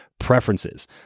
preferences